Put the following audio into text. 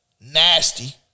Nasty